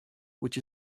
which